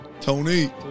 Tony